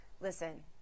Listen